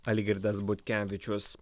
algirdas butkevičius